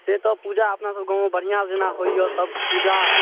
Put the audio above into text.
से तऽ पूजा अपना सभ गाँव मे बढ़िआँ जेना होइए सभ पूजा